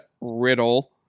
Riddle